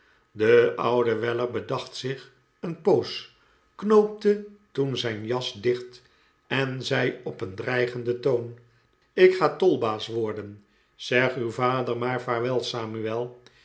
de oude weller bedacht zich een poos knoopte toen zijn jas dieht en zei op een dreigenden toon ik ga tolbaas worden zeg uw vader maar vaafwel samuel